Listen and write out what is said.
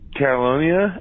catalonia